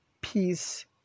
peace